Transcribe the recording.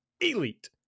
elite